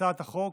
להצעת החוק,